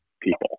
people